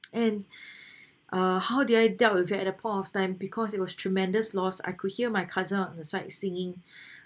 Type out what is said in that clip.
and uh how did I dealt with that at the point of time because it was tremendous loss I could hear my cousin on his side singing